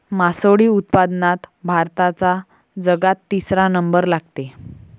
मासोळी उत्पादनात भारताचा जगात तिसरा नंबर लागते